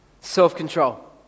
self-control